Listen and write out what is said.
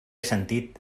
sentit